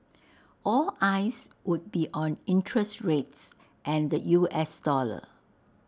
all eyes would be on interest rates and the U S dollar